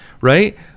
right